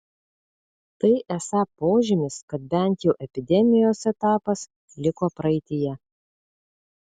tai esą požymis kad bent jau epidemijos etapas liko praeityje